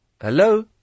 Hello